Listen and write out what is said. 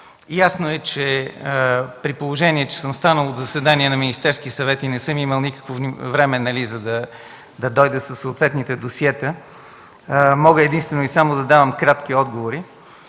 Ясно е, че, при положение че съм станал от заседание на Министерския съвет и не съм имал никакво време, за да дойда със съответните досиета, мога единствено и само да давам кратки отговори.